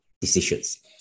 decisions